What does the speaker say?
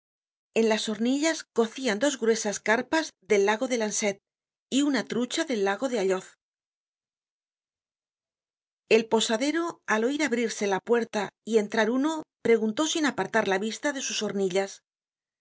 en las hornillas cocian dos gruesas carpas del lago de lanzet y una trucha del lago de alloz el posadero al oir abrirse la puerta y entrar uno preguntó sin apartar la vista de sus hornillas qué